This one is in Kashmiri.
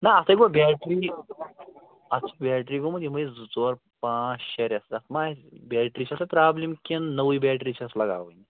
نہ اَتھ ہَے گوٚو بیٹرٛی اَتھ چھِ بیٹرٛی گوٚمُت یِمَے زٕ ژور پانٛژھ شےٚ رٮ۪تھ اَتھ ما آسہِ بیٹرٛی چھِ سا پرٛابِلم کِنہٕ نٕوٕے بیٹرٛی چھَس لگاوٕنۍ